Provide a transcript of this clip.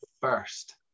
first